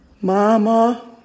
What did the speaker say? mama